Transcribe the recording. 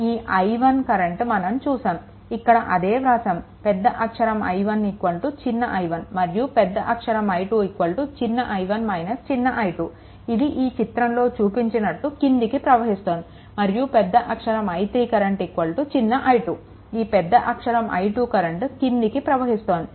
ఈ I1 current మనం చూసాము ఇక్కడ అదే వ్రాసాము పెద్ద అక్షరం I1 చిన్న i1 మరియు పెద్ద అక్షరం I2 చిన్న i1 - చిన్న i2 ఇది ఈ చిత్రంలో చూపించినట్లు క్రిందికి ప్రవహిస్తోంది మరియు పెద్ద అక్షరం I3 కరెంట్ చిన్న i2 ఈ పెద్ద అక్షరం I2 కరెంట్ క్రిందికి ప్రవహిస్తోంది